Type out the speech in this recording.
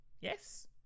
Yes